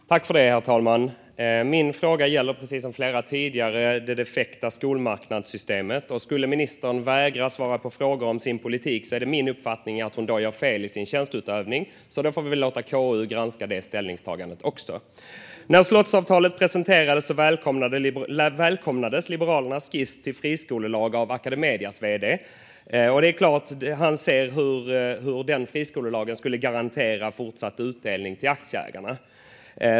Herr talman! Precis som flera tidigare frågeställare har jag en fråga om det defekta skolmarknadssystemet. Skulle ministern vägra svara på frågor om sin politik är det min uppfattning att hon gör fel i sin tjänsteutövning, och då får vi väl låta KU granska det. När slottsavtalet presenterades välkomnades Liberalernas skiss till friskolelag av Academedias vd. Det är klart att han ser hur friskolelagen skulle garantera fortsatt utdelning till aktieägarna.